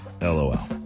LOL